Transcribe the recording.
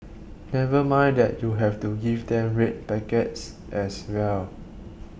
never mind that you have to give them red packets as well